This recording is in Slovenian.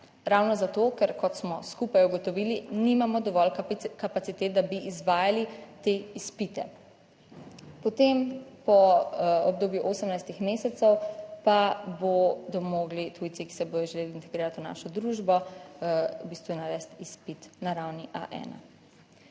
ravno zato, ker, kot smo skupaj ugotovili, nimamo dovolj kapacitet, da bi izvajali te izpite. Potem po obdobju 18 mesecev pa bodo mogli tujci, ki se bodo želeli integrirati v našo družbo, v bistvu narediti izpit na ravni A1.